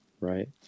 right